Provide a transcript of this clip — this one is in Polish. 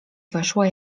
weszła